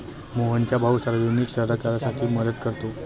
मोहनचा भाऊ सार्वजनिक सहकार्यासाठी मदत करतो